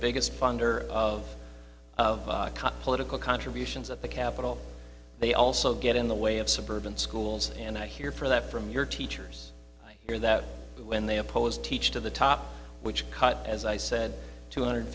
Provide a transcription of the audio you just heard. biggest funder of political contributions at the capital they also get in the way of suburban schools and i hear for that from your teachers i hear that when they opposed teach to the top which cut as i said two hundred